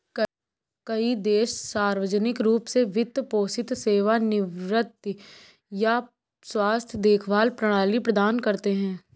कई देश सार्वजनिक रूप से वित्त पोषित सेवानिवृत्ति या स्वास्थ्य देखभाल प्रणाली प्रदान करते है